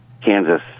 Kansas